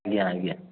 ଆଜ୍ଞା ଆଜ୍ଞା